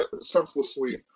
senselessly